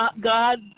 God